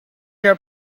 your